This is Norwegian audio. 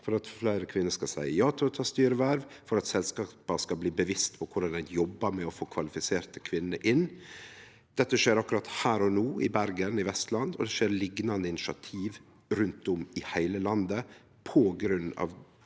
for at fleire kvinner skal seie ja til å ta styreverv, og for at selskapa skal bli bevisste på korleis ein jobbar med å få kvalifiserte kvinner inn. Dette skjer akkurat her og no i Bergen i Vestland, og det skjer liknande initiativ rundt om i heile landet på grunn av